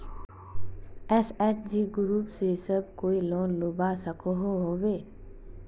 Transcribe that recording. SHG group से सब कोई लोन लुबा सकोहो होबे?